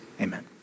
Amen